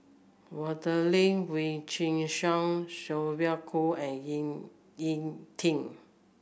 Adelene Wee Chin Suan Sylvia Kho and Ying E Ting